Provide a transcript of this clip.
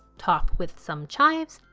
top with some chives.